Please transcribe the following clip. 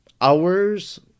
hours